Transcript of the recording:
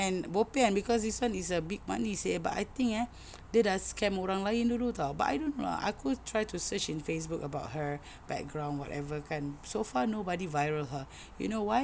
and bo pian cause this one is a big money seh but I think eh dia dah scam orang lain dulu [tau] but I don't know lah aku try to search in Facebook about her background whatever kan so far nobody viral her you know why